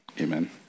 Amen